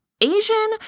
Asian